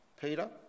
Peter